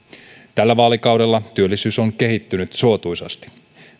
tällä vaalikaudella työllisyys on kehittynyt suotuisasti